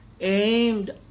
aimed